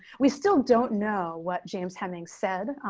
we still don't know what james, having said,